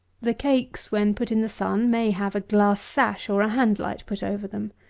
the cakes, when put in the sun, may have a glass sash, or a hand-light, put over them.